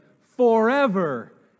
forever